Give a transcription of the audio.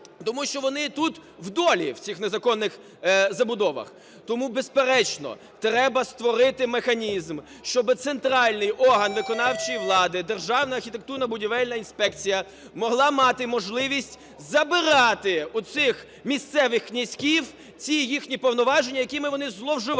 тому що вони тут в долі в цих незаконних забудовах. Тому, безперечно, треба створити механізм, щоби центральний орган виконавчої влади – Державна архітектурно-будівельна інспекція могла мати можливість забирати у цих місцевих князьків ці їхні повноваження, якими вони зловживають